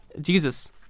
Jesus